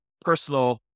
personal